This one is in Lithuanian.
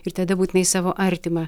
ir tada būtinai savo artimą